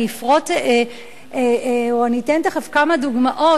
אני אפרוט או אתן תיכף כמה דוגמאות,